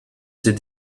ses